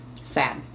sad